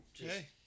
Okay